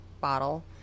bottle